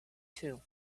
too